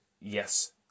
yes